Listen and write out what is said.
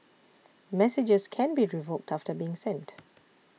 messages can be revoked after being sent